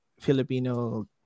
Filipino